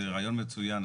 זה רעיון מצוין.